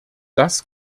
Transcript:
das